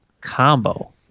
combo